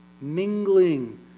mingling